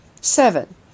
Seven